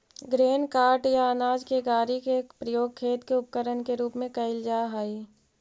grain cart या अनाज के गाड़ी के प्रयोग खेत के उपकरण के रूप में कईल जा हई